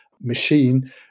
machine